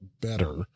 better